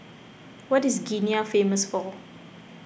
what is Guinea famous for